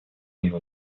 его